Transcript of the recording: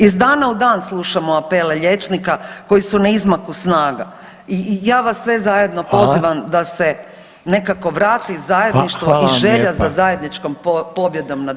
Iz dana u dan slušamo apele liječnika koji su na izmaku snaga i ja vas sve zajedno pozivam [[Upadica: Hvala]] da se nekako vrati zajedništvo i želja za zajedničkom pobjedom nad virusom.